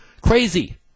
Crazy